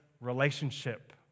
relationship